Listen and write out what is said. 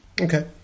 Okay